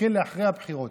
חכה אחרי הבחירות.